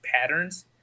patterns